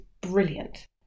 brilliant